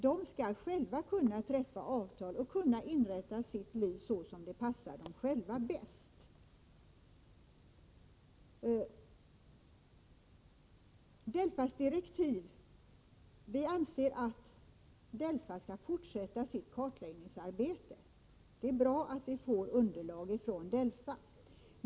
De skall själva kunna träffa avtal och kunna inrätta sitt liv såsom det passar dem själva bäst. Vi anser att DELFA skall fortsätta sitt kartläggningsarbete. Det är bra att vi får underlag från DELFA.